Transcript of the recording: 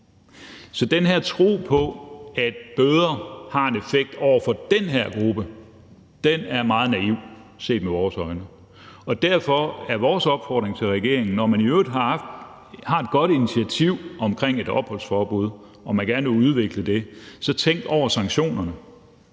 Så den her tro på, at bøder har en effekt over for den her gruppe, er meget naiv set med vores øjne. Derfor er vores opfordring til regeringen, når man i øvrigt har et godt initiativ omkring et opholdsforbud og man gerne vil udvikle det, så at tænke over sanktionerne.